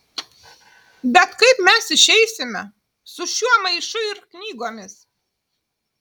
bet kaip mes išeisime su šiuo maišu ir knygomis